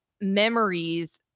memories